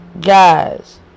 guys